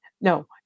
No